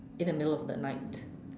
in the middle of the night